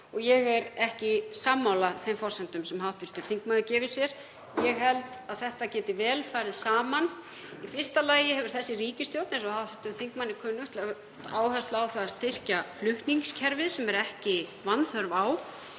og ég er ekki sammála þeim forsendum sem hv. þingmaður gefur sér. Ég held að þetta geti vel farið saman. Í fyrsta lagi hefur þessi ríkisstjórn, eins og hv. þingmanni er kunnugt, lagt áherslu á að styrkja flutningskerfið, sem er ekki vanþörf á,